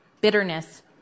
Bitterness